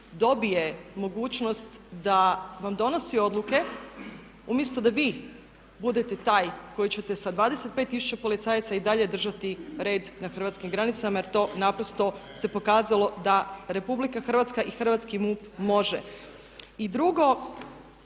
dobije mogućnost da vam donosi odluke umjesto da vi budete taj koji ćete sa 25 tisuća policajaca i dalje držati red na hrvatskim granicama jer to naprosto se pokazalo da RH i hrvatski MUP može. Drugo,